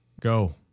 go